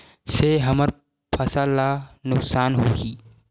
से हमर फसल ला नुकसान होही?